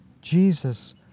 Jesus